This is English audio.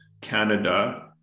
Canada